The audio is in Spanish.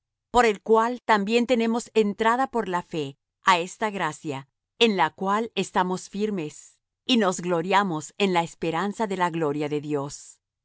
por el cual también tenemos entrada por la fe á esta gracia en la cual estamos firmes y nos gloriamos en la esperanza de la gloria de dios